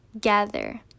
gather